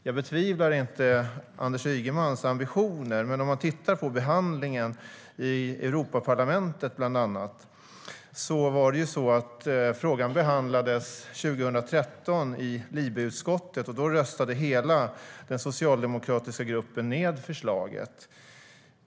Jag betvivlar inte Anders Ygemans ambitioner, men låt oss titta på behandlingen i Europaparlamentet. Frågan behandlades 2013 i LIBE-utskottet, och då röstade hela den socialdemokratiska gruppen ned förslaget.